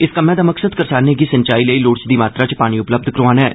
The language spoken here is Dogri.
इस कम्मै दा मकसद करसाने गी सिंचाई लेई लोड़चदी मात्रा च पानी उपलब्ध करोआना ऐ